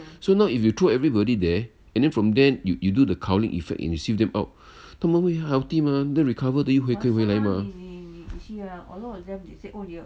so now if you throw everybody there and then from then you you do the culling effect and you sieve them out 他们会 healthy mah then recover~ 的又可以回来 mah